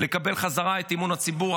לקבל בחזרה את אמון הציבור.